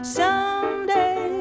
someday